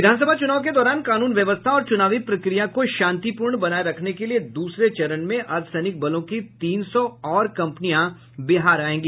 विधानसभा चुनाव के दौरान कानून व्यवस्था और चुनावी प्रक्रिया को शांतिपूर्ण बनाये रखने के लिए दूसरे चरण में अर्द्वसैनिक बलों की तीन सौ और कंपनियां बिहार आयेंगी